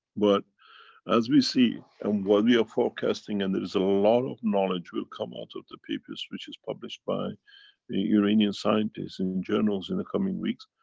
but as we see, and what we are forecasting, and there is a lot of knowledge will come out of the papers which is published by the iranian scientists and in journals in the coming weeks.